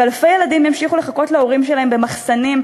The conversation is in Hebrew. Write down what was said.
ואלפי ילדים ימשיכו לחכות להורים שלהם במחסנים,